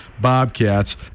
Bobcats